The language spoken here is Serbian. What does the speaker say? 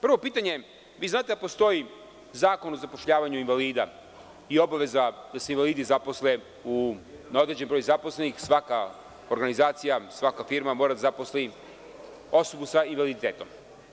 Prvo pitanje, vi znate da postoji Zakon o zapošljavanju invalida i obaveza da se invalidi zaposle, na određen broj zaposlenih svaka organizacija, svaka firma, mora da zaposli osobu sa invaliditetom.